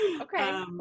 okay